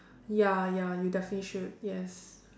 ya ya you definitely should yes